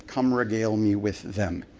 come regale me with them.